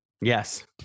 Yes